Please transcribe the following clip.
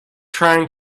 trying